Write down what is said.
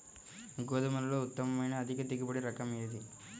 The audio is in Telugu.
గోధుమలలో ఉత్తమమైన అధిక దిగుబడి రకం ఏది?